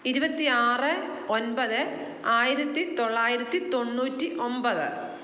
ഇരുപത്തിയാറ് ഒൻപത് ആയിരത്തിത്തൊള്ളായിരത്തി തൊണ്ണൂറ്റി ഒൻപത്